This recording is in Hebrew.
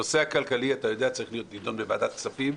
הנושא הכלכלי צריך להיות נדון בוועדת כספים.